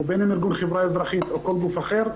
בין אם ארגון של החברה האזרחית או כל גוף אחר,